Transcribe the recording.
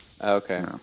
Okay